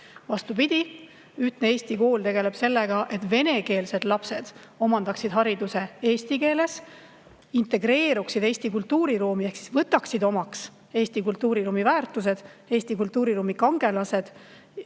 Vastupidi, ühtne Eesti kool tegeleb sellega, et venekeelsed lapsed omandaksid hariduse eesti keeles, integreeruksid Eesti kultuuriruumi ehk võtaksid omaks Eesti kultuuriruumi väärtused, Eesti kultuuriruumi kangelased.